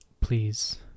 Please